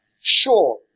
sure